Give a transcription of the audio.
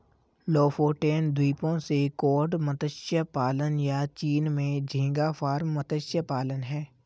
Lofoten द्वीपों से cod मत्स्य पालन, या चीन में झींगा फार्म मत्स्य पालन हैं